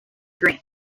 grant